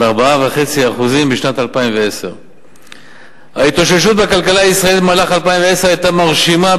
על 4.5% בשנת 2010. ההתאוששות בכלכלה הישראלית במהלך 2010 היתה מרשימה,